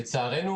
לצערנו,